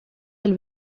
del